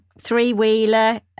three-wheeler